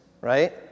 right